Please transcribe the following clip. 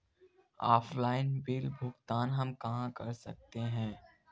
Offline bill भुगतान हम कहां कर सकते हैं?